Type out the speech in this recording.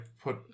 put